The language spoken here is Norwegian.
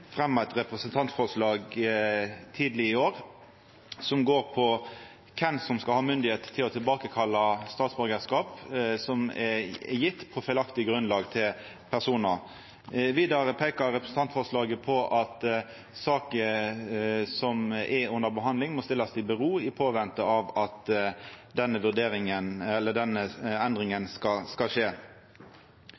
eit representantforslag tidleg i år, som går på kven som skal ha myndigheit til å kalla tilbake statsborgarskap som er gjeve på feilaktig grunnlag. Vidare peikar representantforslaget på at saker som er under behandling, må